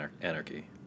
Anarchy